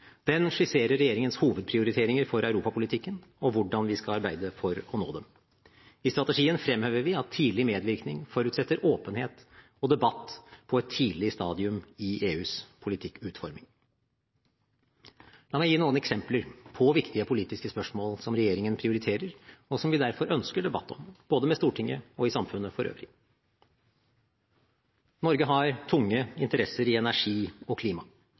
Den skisserer regjeringens hovedprioriteringer for europapolitikken og hvordan vi skal arbeide for å nå dem. I strategien fremhever vi at tidlig medvirkning forutsetter åpenhet og debatt på et tidlig stadium i EUs politikkutforming. La meg gi noen eksempler på viktige politiske spørsmål som regjeringen prioriterer, og som vi derfor ønsker debatt om, både med Stortinget og i samfunnet for øvrig. Norge har tunge interesser i energi og klima.